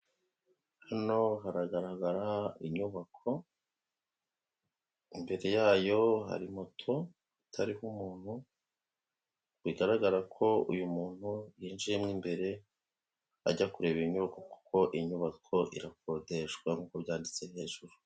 Hano haragaragara inyubako, imbere yayo hari moto itariho umuntu, bigaragara ko uyu muntu yinjiye mo imbere ajya kureba iy'inyubako kuko iy'inyubako irakodeshwa nkuko byanditse hejuru.